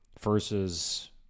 versus